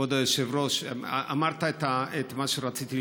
כבוד היושב-ראש, אמרת את מה שרציתי לשאול.